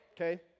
okay